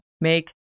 make